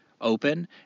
open